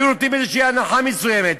היו נותנים איזושהי הנחה מסוימת,